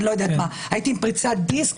הייתי עם פריצת דיסק.